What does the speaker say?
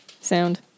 Sound